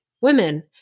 women –